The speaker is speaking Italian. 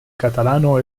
catalano